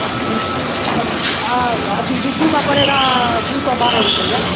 अथी कक अथी बीज्जू का पडे़गा दो सौ बारह रुपया